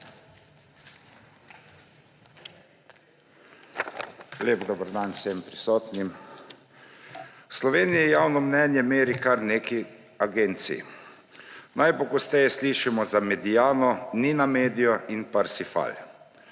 Lep dober dan vsem prisotnim! V Sloveniji javno mnenje meri kar nekaj agencij. Najpogosteje slišimo za Mediano, Ninamedio in Parsifal.